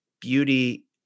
beauty